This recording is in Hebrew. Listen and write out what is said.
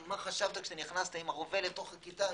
מה חשבת כשנכנסת עם הרובה לכיתה?